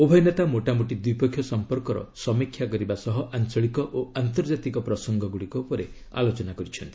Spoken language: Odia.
ଉଭୟ ନେତା ମୋଟା ମୋଟି ଦ୍ୱିପକ୍ଷିୟ ସମ୍ପର୍କର ସମୀକ୍ଷା କରିବା ସହ ଆଞ୍ଚଳିକ ଓ ଆନ୍ତର୍କାତିକ ପ୍ରସଙ୍ଗଗୁଡ଼ିକ ଉପରେ ଆଲୋଚନା କରିଛନ୍ତି